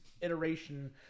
iteration